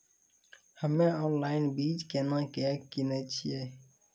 हम्मे ऑनलाइन बीज केना के किनयैय?